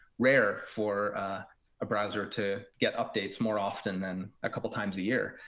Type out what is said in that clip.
rare for a browser to get updates more often than a couple times a year.